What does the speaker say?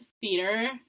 theater